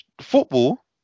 Football